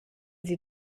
sie